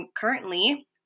currently